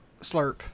slurp